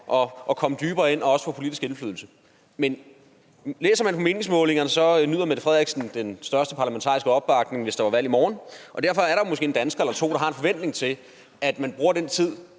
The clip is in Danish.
at komme dybere ind i tingene og også få politisk indflydelse, men læser man meningsmålingerne, vil man se, at fru Mette Frederiksen ville nyde den største parlamentariske opbakning, hvis der var valg i morgen. Og derfor er der måske en dansker eller to, der har en forventning om, at Socialdemokratiet bruger den tid,